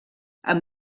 amb